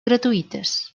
gratuïtes